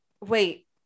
wait